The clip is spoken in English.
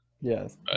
Yes